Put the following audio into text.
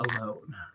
alone